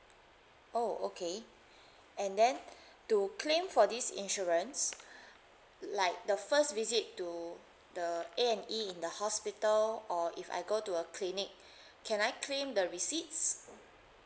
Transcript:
oh okay and then to claim for this insurance like the first visit to the A&E in the hospital or if I go to a clinic can I claim the receipts